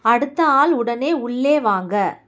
அடுத்த ஆள் உடனே உள்ளே வாங்க